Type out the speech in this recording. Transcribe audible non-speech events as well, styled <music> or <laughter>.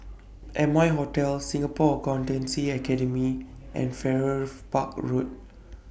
Amoy Hotel Singapore Accountancy Academy and Farrer <noise> Park Road